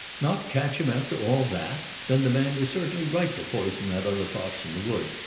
not catch him after all that! then the man was certainly right to poison that other fox in the wood.